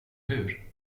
hur